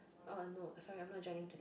uh no sorry I'm not joining today